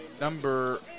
number